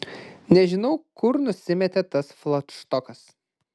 nežinau kur nusimetė tas fladštokas